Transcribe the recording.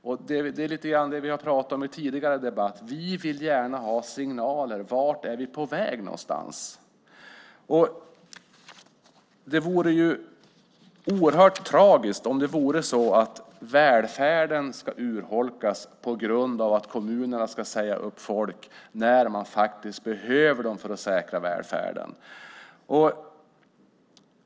Det är lite grann detta vi har pratat om i en tidigare debatt, nämligen att vi gärna vill ha signaler om vart vi är på väg någonstans. Det vore oerhört tragiskt om välfärden skulle urholkas på grund av att kommunerna ska säga upp folk när de faktiskt behövs för att säkra välfärden.